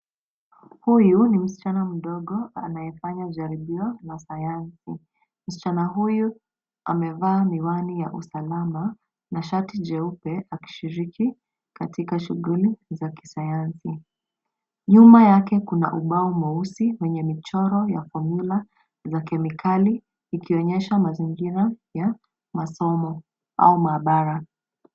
Huyu ni msichana mdogo anayefanya jaribio la sayansi. Msichana huyu amevaa miwani ya usalama na shati jeupe akishiriki katika shughuli ya kisayansi. Nyuma yake kuna ubao mweusi wenye michoro ya fomyula za kemikali ikionyesha mazingira ya masomo au maabara.